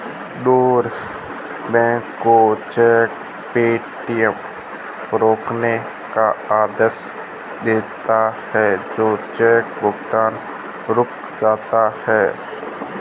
drawer bank को cheque payment रोकने का आदेश देता है तो चेक भुगतान रुक जाता है